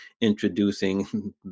introducing